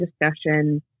discussion